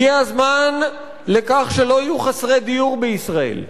הגיע הזמן לכך שלא יהיו חסרי דיור בישראל,